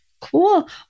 Cool